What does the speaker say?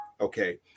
okay